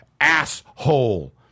asshole